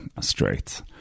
straight